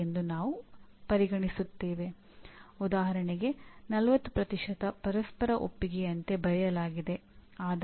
ಆದ್ದರಿಂದ ಏನಾಗುತ್ತದೆ ನೀವು ಪರಿಣಾಮ ಮತ್ತು ಅವುಗಳ ಸಾಧನೆ ಎಂಬ ಮಧ್ಯವರ್ತಿ ವಿಷಯವನ್ನು ಪರಿಚಯಿಸಿದ್ದೀರಿ